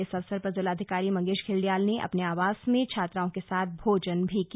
इस अवसर पर जिलाधिकारी मंगेश घिल्डियाल ने अपने आवास में छात्राओं के साथ भोजन भी किया